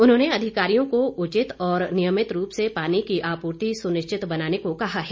उन्होंने अधिकारियों को उचित और नियमित रूप से पानी की आपूर्ति सुनिश्चित बनाने को कहा है